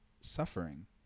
suffering